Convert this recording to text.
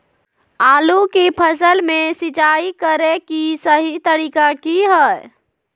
आलू की फसल में सिंचाई करें कि सही तरीका की हय?